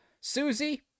Susie